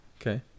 Okay